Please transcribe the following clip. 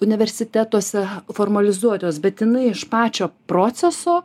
universitetuose formalizuotos bet jinai iš pačio proceso